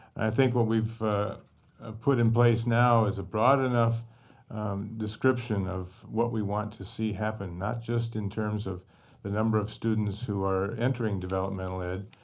i think what we've put in place now is a broad enough description of what we want to see happen. not just in terms of the number of students who are entering developmental ed,